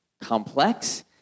complex